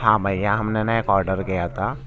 ہاں بھیا ہم نے نے ایک آڈر کیا تھا